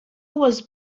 was